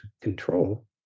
control